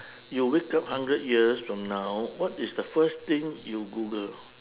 you wake up hundred years from now what is the first thing you google